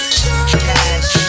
cash